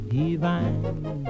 divine